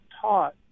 taught